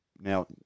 Now